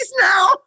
now